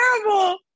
terrible